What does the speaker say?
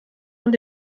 und